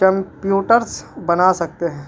computers بنا سکتے ہیں